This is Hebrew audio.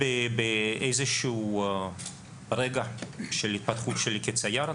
באיזשהו רגע של התפתחות שלי כצייר,